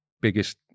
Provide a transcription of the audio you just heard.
biggest